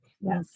Yes